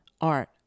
art